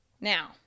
now